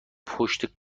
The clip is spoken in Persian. پشت